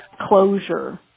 closure